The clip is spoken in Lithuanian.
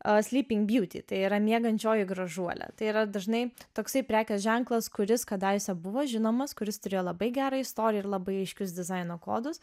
sleeping beauty tai yra miegančioji gražuolė tai yra dažnai toksai prekės ženklas kuris kadaise buvo žinomas kuris turėjo labai gerą istoriją ir labai aiškius dizaino kodus